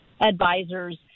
advisors